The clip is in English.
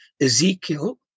Ezekiel